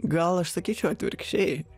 gal aš sakyčiau atvirkščiai